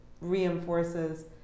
reinforces